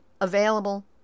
available